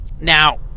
Now